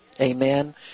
Amen